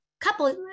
couple